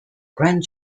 grand